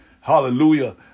Hallelujah